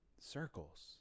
circles